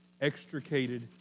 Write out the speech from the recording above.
extricated